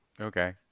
okay